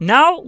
Now